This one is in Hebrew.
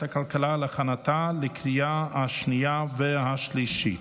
הכלכלה להכנתה לקריאה השנייה והשלישית.